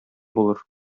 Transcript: булыр